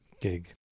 gig